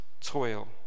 toil